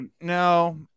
No